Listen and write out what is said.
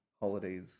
holidays